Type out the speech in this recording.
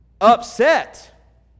upset